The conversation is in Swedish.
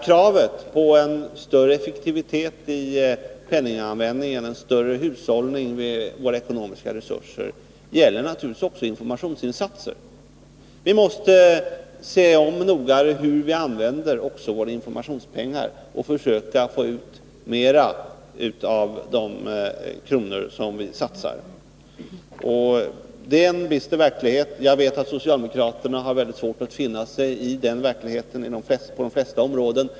Kravet på större effektivitet i penninganvändningen och bättre hushållning med våra ekonomiska resurser gäller naturligtvis också för informationsinsatser. Vi måste noga se över hur vi använder informationspengarna och försöka få ut mer av de kronor som vi satsar. Det är en bister verklighet som jag vet att socialdemokraterna har mycket svårt att finna sig i på de flesta områden.